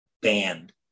band